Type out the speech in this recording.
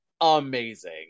amazing